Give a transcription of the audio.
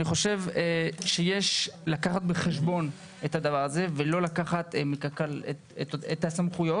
אני חושב שיש לקחת בחשבון את הדבר הזה ולא לקחת מקק"ל את הסמכויות.